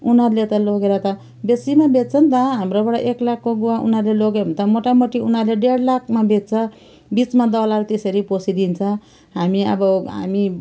उनीहरूले त लगेर र त बेसीमा बेच्छ नि त हाम्रोबाट हामीहरूबाट एक लाखको गुवा उनीहरूले लग्यो भने त मोटामोटी उनीहरूले त डेढ लाखमा बेच्छ बिचमा दलाल त्यसरी पसिदिन्छ हामी अब हामी